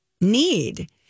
need